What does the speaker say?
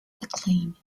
acclaim